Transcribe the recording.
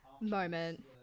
moment